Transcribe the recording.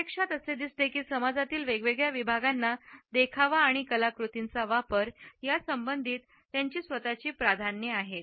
प्रत्यक्षात असे दिसते की समाजातील वेगवेगळ्या विभागांना देखावा आणि कलाकृतींचा वापर या संबंधित त्यांची स्वतःची प्राधान्ये आहेत